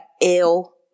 ill